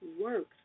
works